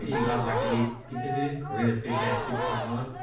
you guys like the it interview i really appreciate chris coming on.